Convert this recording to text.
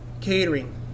catering